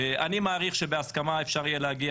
אני מעריך שבהסכמה אפשר יהיה להגיע